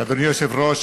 אדוני היושב-ראש,